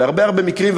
בהרבה הרבה מקרים,